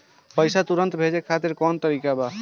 पैसे तुरंत भेजे खातिर कौन तरीका बा?